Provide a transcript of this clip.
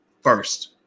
first